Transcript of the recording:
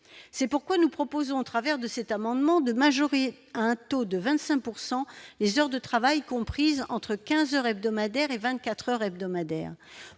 c'est pourquoi nous proposons en travers de cet amendement de majorité à un taux de 25 pourcent les heures de travail comprises entre 15 heures hebdomadaires et 24 heures hebdomadaires